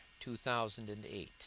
2008